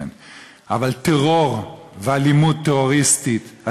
אבל טרור ואלימות טרוריסטית,